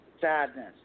Sadness